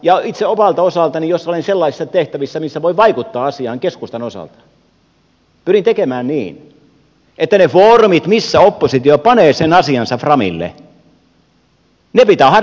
ja itse omalta osaltani jos olen sellaisissa tehtävissä missä voin vaikuttaa asiaan keskustan osalta pyrin tekemään niin että ne foorumit missä oppositio panee sen asiansa framille pitää harkita uudestaan